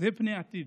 וזה פני העתיד: